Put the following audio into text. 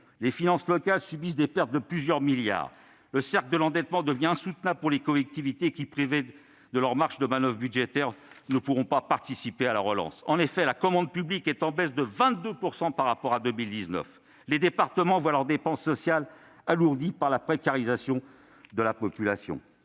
les finances locales subissent des pertes de plusieurs milliards d'euros. Le cercle de l'endettement devient insoutenable pour les collectivités, qui, privées de leurs marges de manoeuvre budgétaires, ne pourront pas participer à la relance. En effet, la commande publique est en baisse de 22 % par rapport à 2019. Les départements voient leurs dépenses sociales alourdies par la précarisation de la population.